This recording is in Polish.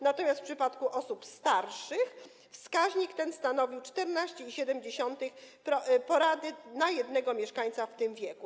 Natomiast w przypadku osób starszych wskaźnik ten stanowił 14,7 porady na jednego mieszkańca w tym wieku.